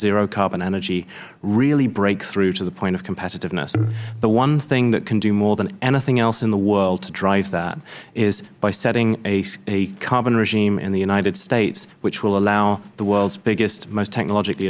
zero carbon energy really break through to the point of competitiveness the one thing that can do more than anything else in the world to drive that is by setting a carbon regime in the united states which will allow the world's biggest most technologically